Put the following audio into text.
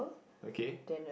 okay